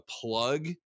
plug